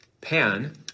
pan